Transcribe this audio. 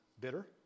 bitter